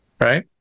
Right